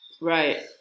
Right